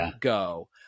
go